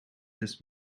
this